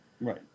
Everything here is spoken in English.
Right